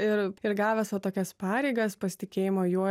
ir ir gavęs va tokias pareigas pasitikėjimo juo